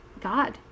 God